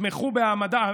יתמכו בהעמדה לדין,